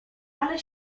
ale